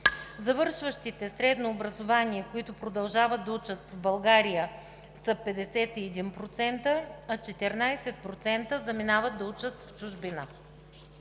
Завършващите средно образование, които продължават да учат в България, са 51%, а 14% заминават да учат в чужбина.